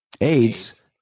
AIDS